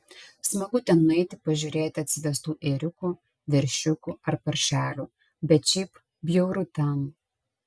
smagu ten nueiti pažiūrėti atsivestų ėriukų veršiukų ar paršelių bet šiaip bjauru ten